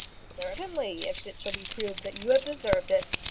certainly, if it shall be proved that you have deserved it.